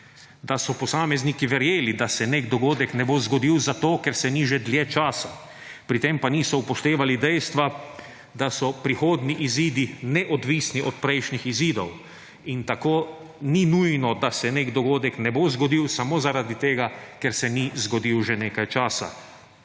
da so posamezniki verjeli, da se nek dogodek ne bo zgodil, zato ker se ni že dlje časa. Pri tem pa niso upoštevali dejstva, da so prihodnji izidi neodvisni od prejšnjih izidov in tako ni nujno, da se nek dogodek ne bo zgodil samo zaradi tega, ker se ni zgodil že nekaj časa.